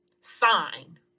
Sign